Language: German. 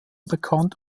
bekannt